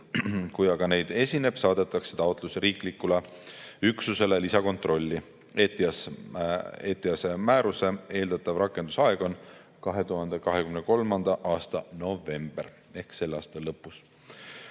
Kui neid esineb, saadetakse taotlus riiklikule üksusele lisakontrolli. ETIAS-e määruse eeldatav rakendusaeg on 2023. aasta november ehk selle aasta lõpus.